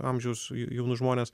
amžiaus jaunus žmones